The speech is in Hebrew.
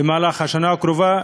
במהלך השנה הקרובה,